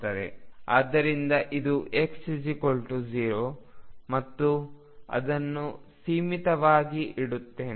ಆದ್ದರಿಂದ ಇದು x 0 ಮತ್ತು ಅದನ್ನು ಸಮ್ಮಿತೀಯವಾಗಿ ಇಡುತ್ತೇನೆ